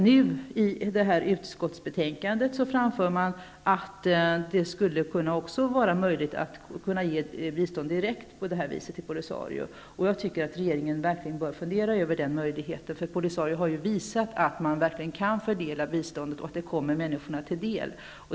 I detta utskottsbetänkande framför man att det skulle kunna vara möjligt att ge bistånd direkt till Polisario. Jag tycker att regeringen bör fundera över den möjligheten. Polisario har ju visat att man kan fördela bistånd och att det kommer människorna till del.